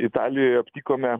italijoj aptikome